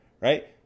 right